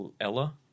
Ella